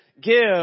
give